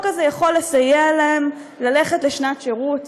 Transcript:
הזה יכול לסייע להם ללכת לשנת שירות,